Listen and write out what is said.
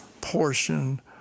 portion